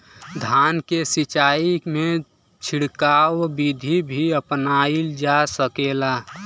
धान के सिचाई में छिड़काव बिधि भी अपनाइल जा सकेला?